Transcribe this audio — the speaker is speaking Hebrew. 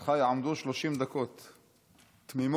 לרשותך יעמדו 30 דקות תמימות.